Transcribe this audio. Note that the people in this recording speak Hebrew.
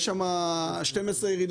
אמרו שיש שם 12 ירידות,